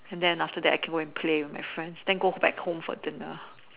and then after that I can go and play with my friends then go back home for dinner